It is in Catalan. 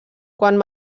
quan